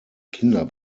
kinder